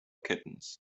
kittens